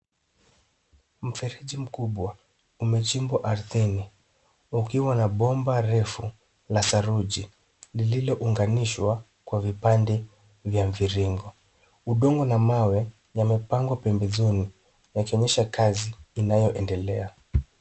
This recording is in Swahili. Mfereji mkubwa, umechimbwa ardhini, ukiwa na bomba refu, la saruji ,lililounganishwa kwa vipande vya mviringo. Udongo na mawe yamepangwa pembezoni yakionyesha kazi inayoendelea